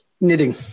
Knitting